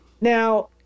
Now